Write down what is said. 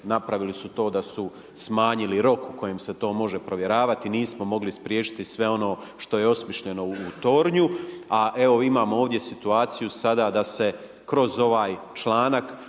napravili su to da su smanjili rok u kojem se to može provjeravati. Nismo mogli spriječiti sve ono što je osmišljeno u tornju, a imamo ovdje situaciju sada da se kroz ovaj članak